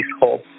hope